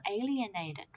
alienated